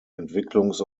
entwicklungs